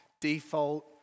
default